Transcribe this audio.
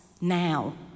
now